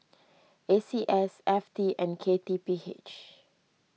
A C S F T and K T P H